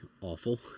awful